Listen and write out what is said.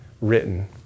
written